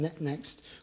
next